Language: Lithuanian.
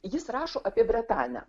jis rašo apie bretanę